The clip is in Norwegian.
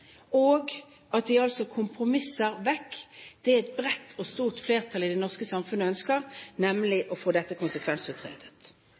og at de kompromisser vekk det et bredt og stort flertall i det norske samfunnet ønsker,